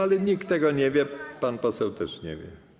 Ale nikt tego nie wie, pan poseł też nie wie.